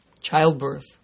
childbirth